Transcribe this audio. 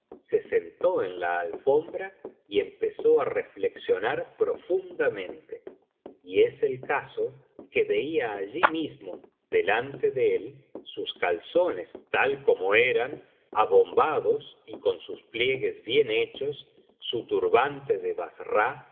se sentó en la alfombra y empezó á reflexionar profundamente y es el caso que veía allí mismo delante de él sus calzones tal como eran abombados y con biblioteca valenciana generalitat valenciana historia del visir nukeddin sus pliegues bien hechos su turbante de bassra